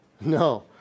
No